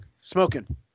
Smoking